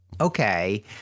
Okay